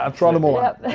um try them all out,